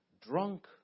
drunk